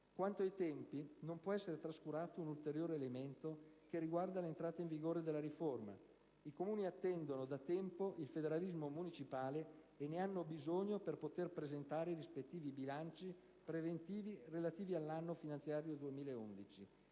Quanto ai tempi, non può essere trascurato un ulteriore elemento che riguarda l'entrata in vigore della riforma: i Comuni attendono da tempo il federalismo fiscale municipale e ne hanno bisogno per poter presentare i rispettivi bilanci preventivi relativi all'anno finanziario 2011.